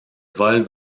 vols